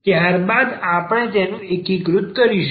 ત્યારબાદ આપણે તેનું એકીકૃત કરીશું